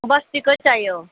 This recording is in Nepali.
बस्तीकै चाहियो